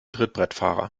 trittbrettfahrer